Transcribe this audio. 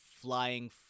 flying